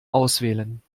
auswählen